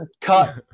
cut